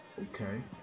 Okay